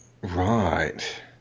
Right